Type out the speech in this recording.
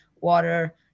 water